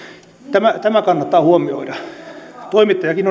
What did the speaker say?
objektiivisuutta tämä kannattaa huomioida toimittajakin